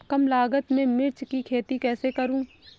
कम लागत में मिर्च की खेती कैसे करूँ?